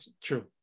true